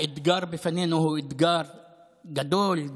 האתגר בפנינו הוא אתגר גדול,